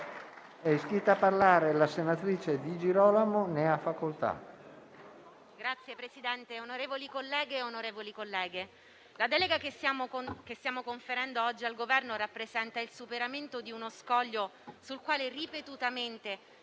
la delega che stiamo conferendo oggi al Governo rappresenta il superamento di uno scoglio sul quale ripetutamente